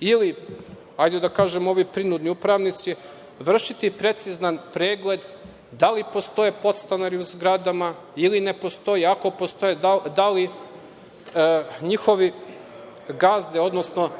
ili da kažem ovi prinudni upravnici vršiti precizan pregled da li postoje podstanari u zgrada ili ne postoje. Ako postoje da li njihove gazde, odnosno